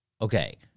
okay